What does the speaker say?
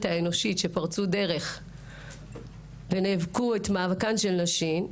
האנושית ונאבקו את מאבקן של נשים,